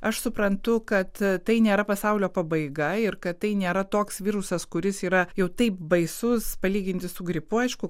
aš suprantu kad tai nėra pasaulio pabaiga ir kad tai nėra toks virusas kuris yra jau taip baisus palyginti su gripu aišku